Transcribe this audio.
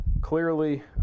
Clearly